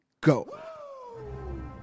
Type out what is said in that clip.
go